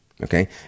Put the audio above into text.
okay